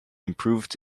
improved